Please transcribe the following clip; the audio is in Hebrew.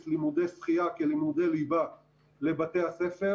לימודי שחייה כלימודי ליבה לבתי הספר.